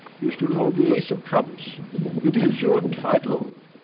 you still hold the ace of trumps it is your title.